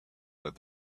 that